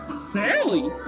Sally